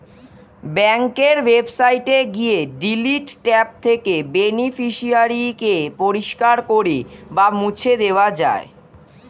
ব্যাঙ্কের ওয়েবসাইটে গিয়ে ডিলিট ট্যাব থেকে বেনিফিশিয়ারি কে পরিষ্কার করে বা মুছে দেওয়া যায়